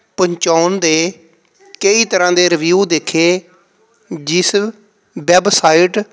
ਪਹੁੰਚਾਉਣ ਦੇ ਕਈ ਤਰ੍ਹਾਂ ਦੇ ਰਿਵਿਊ ਦੇਖੇ ਜਿਸ ਵੈਬਸਾਈਟ